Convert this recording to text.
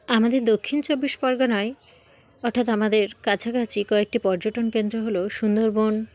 আমাদের দক্ষিণ চব্বিশ পরগনায় অর্থাৎ আমাদের কাছাকাছি কয়েকটি পর্যটন কেন্দ্র হলো সুন্দরবন